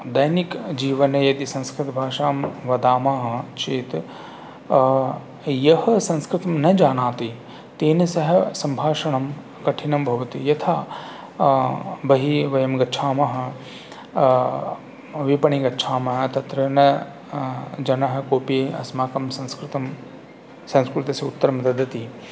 दैनिकजीवने यदि संस्कृतभाषां वदामः चेत् यः संस्कृतं न जानाति तेन सह सम्भाषणं कठिनं भवति यथा बहिः वयं गच्छामः विपणी गच्छामः तत्र न जनः कोऽपि अस्माकं संस्कृतं संस्कृतस्य उत्तरं ददति